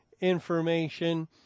information